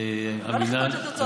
פשוט, לא לחכות לתוצאות הדיון.